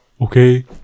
Okay